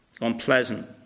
Unpleasant